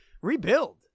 rebuild